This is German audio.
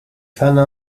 pfanne